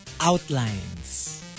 outlines